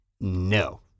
no